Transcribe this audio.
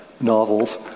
novels